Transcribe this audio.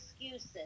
excuses